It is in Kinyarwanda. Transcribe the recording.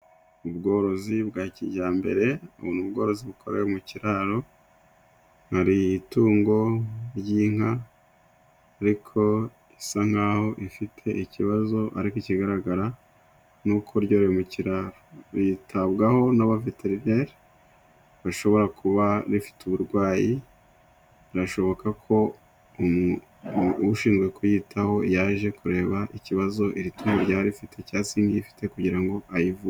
Ubworozi bwa kijyambere, ubu ni ubworozi bukorerwa mu kiraro, hari itungo ry'inka, ariko isa nkaho ifite ikibazo, ariko ikigaragara ni uko ryororewe mu kiraro. Ryitabwaho n'abaveterineri, rishobora kuba rifite uburwayi, birashoboka ko ushinzwe kuyitaho yaje kureba ikibazo iri tungo ryari rifite, cyangwa se Inka ifite kugira ngo ayivuge.